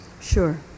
Sure